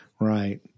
Right